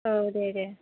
औ दे दे